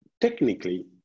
technically